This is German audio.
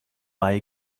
bei